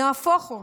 נהפוך הוא.